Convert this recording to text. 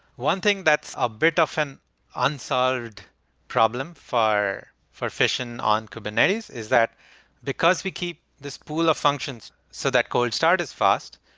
one thing that's a bit often unsolved problem for for fission on kubernetes is that because we keep this pool of functions so that cold start is fast,